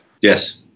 Yes